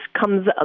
comes